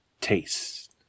Taste